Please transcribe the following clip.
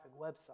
website